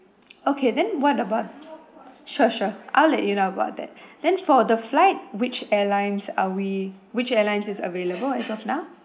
okay then what about sure sure I'll let you know about that then for the flight which airlines are we which airlines is available as of now